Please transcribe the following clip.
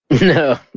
No